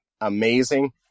amazing